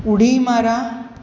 उडी मारा